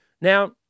Now